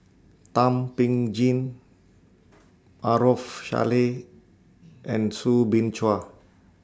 Thum Ping Tjin Maarof Salleh and Soo Bin Chua